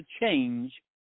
change